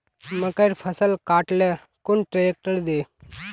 मकईर फसल काट ले कुन ट्रेक्टर दे?